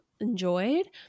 enjoyed